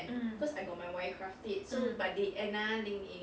mm mm